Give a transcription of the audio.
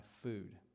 food